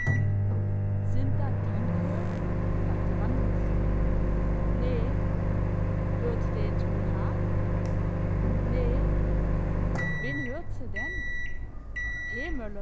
sind dat din köh fragte randers nee hört de to n haf nee wen hört se denn